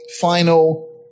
final